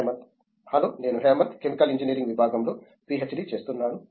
Hemant hello నేను Hemanth chemical engineering విభాగంలో PhD చేస్తున్నాను